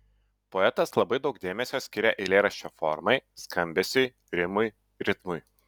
poetas labai daug dėmesio skiria eilėraščio formai skambesiui rimui ritmui